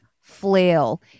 flail